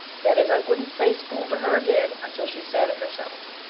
that is i wouldn't say school to her again until she said it herself.